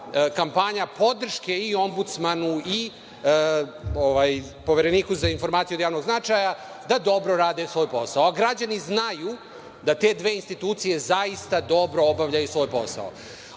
kampanja podrške i Ombudsmanu i Povereniku za informacije od javnog značaja, da dobro rade svoj posao, a građani znaju da te dve institucije zaista dobro obavljaju svoj